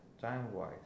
time-wise